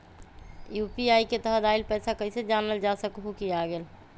UPI के तहत आइल पैसा कईसे जानल जा सकहु की आ गेल?